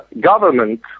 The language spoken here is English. Government